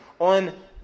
on